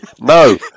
no